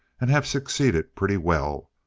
and have succeeded pretty well.